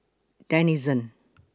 Denizen